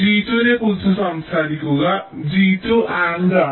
G2 നെ കുറിച്ച് സംസാരിക്കുക G2 AND ആണ്